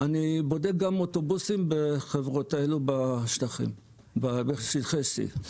אני בודק גם אוטובוסים בחברות האלו בשטחי C. בשוטף,